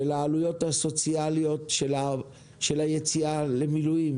העלויות הסוציאליות של היציאה למילואים.